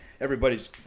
everybody's –